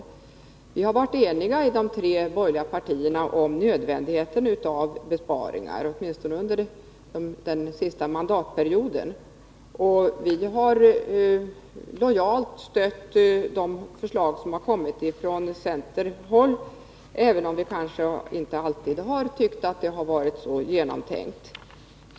Vi har varit eniga i de tre borgerliga partierna om nödvändigheten av besparingar, åtminstone under den senaste mandatperioden, och vi har lojalt stött de förslag som har kommit från centerhåll, även om vi kanske inte alltid har tyckt att de har varit så genomtänkta.